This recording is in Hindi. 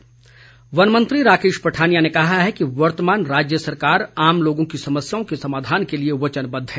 पठानिया वन मंत्री राकेश पठानिया ने कहा कि वर्तमान राज्य सरकार आम लोगों की समस्याओं के समाधान के लिए वचनबद्द है